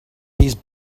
these